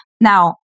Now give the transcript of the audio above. now